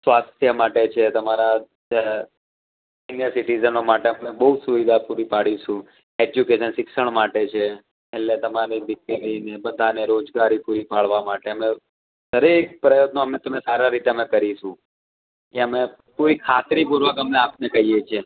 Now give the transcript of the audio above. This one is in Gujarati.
સ્વાસ્થ્ય માટે છે તમારા સિનિયર સિટીઝનો માટે અમે બહુ સુવિધા પુરી પાડીશું એજ્યુકેશન શિક્ષણ માટે છે એટલે તમારી દીકરીને બધાને રોજગારી પૂરી પાડવા માટે અમે દરેક પ્રયત્નો અમે તમે સારા રીતે અમે કરીશું એ અમે પૂરી ખાતરી પૂર્વક અમે આપને કહીએ છે